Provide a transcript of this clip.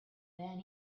then